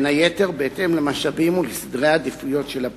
בין היתר בהתאם למשאבים ולסדר העדיפויות של הפרקליטות.